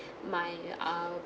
my uh